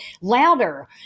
louder